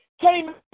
came